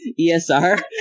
ESR